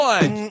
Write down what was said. One